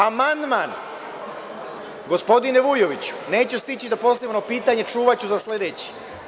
Amandman, gospodine Vujoviću neću stići da postavim pitanje, čuvaću za sledeći.